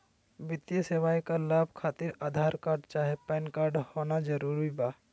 वित्तीय सेवाएं का लाभ खातिर आधार कार्ड चाहे पैन कार्ड होना जरूरी बा?